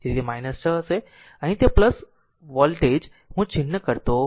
તેથી તે 6 હશે પછી અહીં તે r વોલ્ટેજ હું ચિહ્ન કરતો નથી